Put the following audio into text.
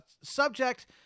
subject